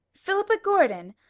philippa gordon!